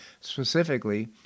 specifically